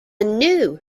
new